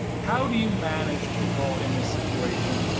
how do you manage people in this situation?